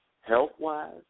health-wise